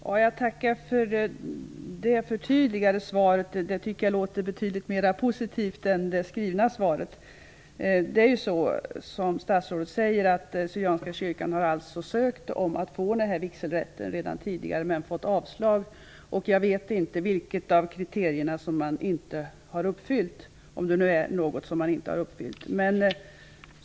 Herr talman! Jag tackar för det förtydligande svaret. Det låter betydligt mera positivt än det inledande svaret. Syrianska kyrkan har redan tidigare ansökt om att få vigselrätt, men har fått avslag. Jag vet inte vilket av kriterierna som inte har uppfyllts, om det är något som inte har uppfyllts.